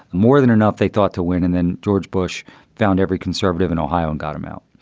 more than enough they thought to win. and then george bush found every conservative in ohio and got him out.